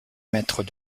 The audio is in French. mètres